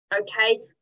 okay